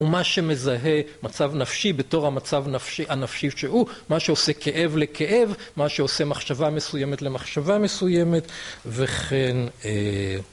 ומה שמזהה מצב נפשי בתור המצב נפשי... הנפשי שהוא, מה שעושה כאב לכאב, מה שעושה מחשבה מסוימת למחשבה מסוימת, וכן אה...